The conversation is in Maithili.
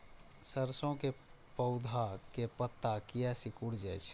सरसों के पौधा के पत्ता किया सिकुड़ जाय छे?